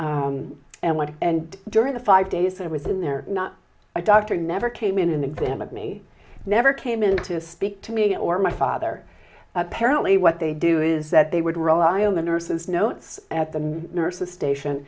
doctor and went and during the five days i was in there not a doctor never came in and examined me never came in to speak to me or my father apparently what they do is that they would rely on the nurses notes at the nurse's station